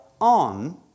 on